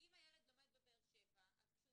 אם הילד לומד בבאר שבע, אז כשהוא